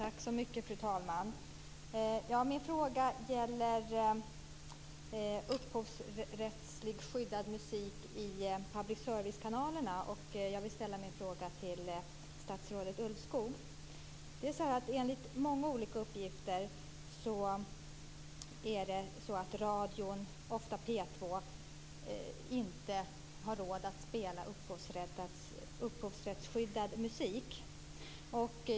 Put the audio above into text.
Fru talman! Min fråga gäller upphovsrättsligt skyddad musik i public service-kanalerna. Jag vill ställa min fråga till statsrådet Ulvskog. Enligt många olika uppgifter har radion, ofta P 2, inte råd att spela upphovsrättsskyddad musik.